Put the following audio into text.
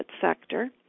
sector